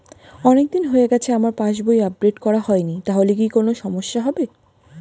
অনেকদিন হয়ে গেছে আমার পাস বই আপডেট করা হয়নি তাহলে কি কোন সমস্যা হবে?